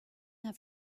have